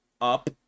up